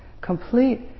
Complete